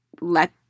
let